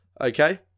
okay